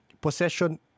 possession